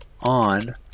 on